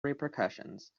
repercussions